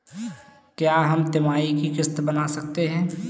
क्या हम तिमाही की किस्त बना सकते हैं?